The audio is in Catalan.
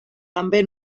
també